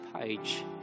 page